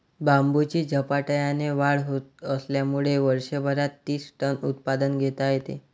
बांबूची झपाट्याने वाढ होत असल्यामुळे वर्षभरात तीस टन उत्पादन घेता येते